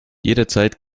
jederzeit